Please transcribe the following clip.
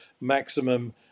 maximum